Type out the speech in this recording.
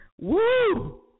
woo